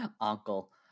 uncle